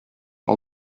all